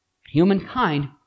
Humankind